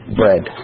bread